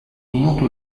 minuto